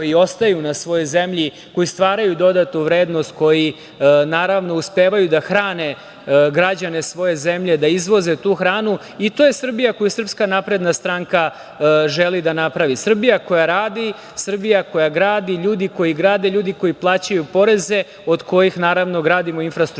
koji ostaju na svojoj zemlji, koji stvaraju dodatu vrednost, koji uspevaju da hrane građane svoje zemlje, da izvoze tu hranu. I to je Srbija koju SNS želi da napravi. Srbija koja radi, Srbija koja gradi, ljudi koji grade, ljudi koji plaćaju poreze, od kojih gradimo infrastrukturu,